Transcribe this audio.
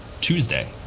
Tuesday